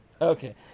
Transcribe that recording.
Okay